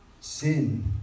Sin